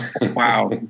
Wow